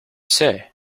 say